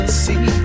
see